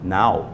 now